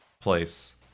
place